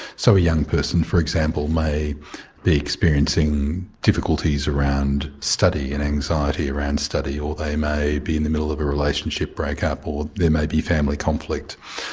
so a young person for example may be experiencing difficulties around study and anxiety around study or they may be in the middle of a relationship breakup or there may be family conflict.